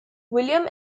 william